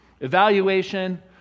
evaluation